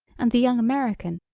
and the young american,